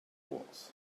wars